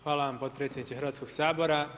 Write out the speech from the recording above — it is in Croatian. Hvala vam potpredsjedniče Hrvatskog sabora.